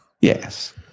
Yes